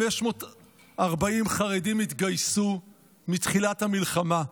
540 חרדים התגייסו מתחילת המלחמה,